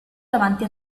davanti